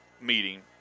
Meeting